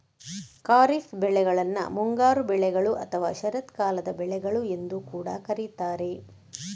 ಖಾರಿಫ್ ಬೆಳೆಗಳನ್ನ ಮುಂಗಾರು ಬೆಳೆಗಳು ಅಥವಾ ಶರತ್ಕಾಲದ ಬೆಳೆಗಳು ಎಂದು ಕೂಡಾ ಕರೀತಾರೆ